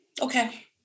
Okay